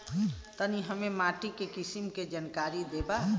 तनि हमें माटी के किसीम के जानकारी देबा?